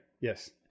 Yes